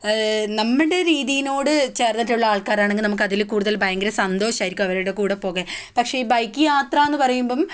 നമ്മുടെ രീതിയിട് ചേർന്നിട്ടുള്ള ആൾക്കാരാണെങ്കിൽ നമുക്ക് അതിൽ കൂടുതൽ ഭയങ്കര സന്തോഷം ആയിരിക്കും അവരുടെ കൂടെ പോകാൻ പക്ഷേ ഈ ബൈക്ക് യാത്രാന്ന് പറയുമ്പം